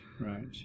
right